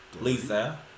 Lisa